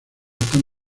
están